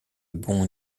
bon